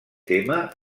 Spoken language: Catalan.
tema